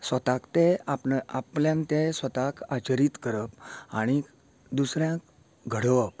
स्वताक ते आप आपल्यान तें स्वताक आचरीत करप आनी दुसऱ्यांक घडोवप